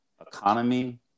economy